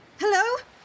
Hello